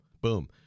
boom